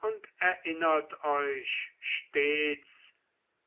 und erinnert euch stets